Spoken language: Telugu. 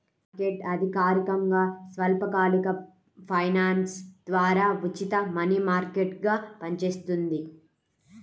మార్కెట్ అధికారికంగా స్వల్పకాలిక ఫైనాన్స్ ద్వారా ఉచిత మనీ మార్కెట్గా పనిచేస్తుంది